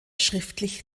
schriftlich